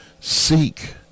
seek